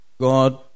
God